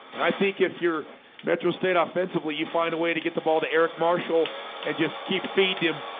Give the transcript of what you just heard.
and i think if you're metro state offensively you find a way to get the ball to eric marshall and just keep feeding him